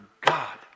God